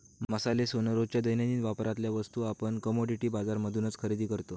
मसाले, सोन, रोजच्या दैनंदिन वापरातल्या वस्तू आपण कमोडिटी बाजार मधूनच खरेदी करतो